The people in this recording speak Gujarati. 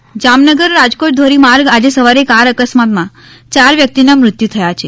અકસ્માત જામનગર રાજકોટ ધોરીમાર્ગ આજે સવારે કાર અકસ્માતમાં ચાર વ્યક્તિના મૃત્યુ થયા છે